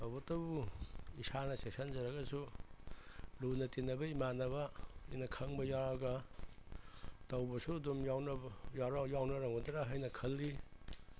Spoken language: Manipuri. ꯇꯧꯕꯇꯕꯨ ꯏꯁꯥꯅ ꯆꯦꯛꯁꯤꯟꯖꯔꯒꯁꯨ ꯂꯨꯅ ꯇꯤꯟꯅꯕ ꯏꯃꯥꯟꯅꯕ ꯑꯩꯅ ꯈꯪꯕ ꯌꯥꯎꯔꯒ ꯇꯧꯕꯁꯨ ꯑꯗꯨꯝ ꯌꯥꯎꯅꯔꯝꯒꯗ꯭ꯔꯥ ꯍꯥꯏꯅ ꯈꯜꯂꯤ